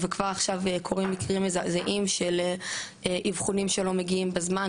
וכבר עכשיו קורים מקרים מזעזעים של אבחונים שלא מגיעים בזמן,